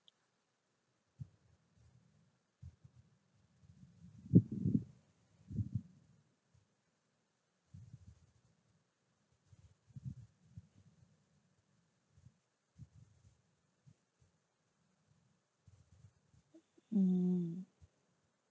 mm